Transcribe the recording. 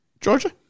georgia